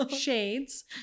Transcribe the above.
shades